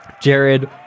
Jared